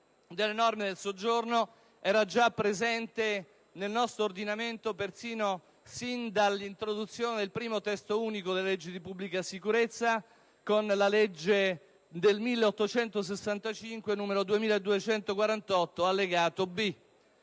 delle norme del soggiorno era già presente nel nostro ordinamento già dall'introduzione del primo Testo unico delle leggi di pubblica sicurezza, con la legge del 1865, n. 2248, allegato B.